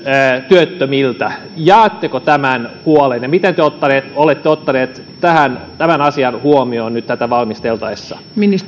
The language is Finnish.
työttömiltä jaatteko tämän huolen ja miten te olette ottaneet tämän asian huomioon nyt tätä valmisteltaessa